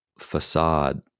facade